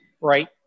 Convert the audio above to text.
right